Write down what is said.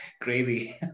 Crazy